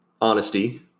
honesty